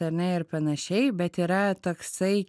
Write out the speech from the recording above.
ar ne ir panašiai bet yra toksai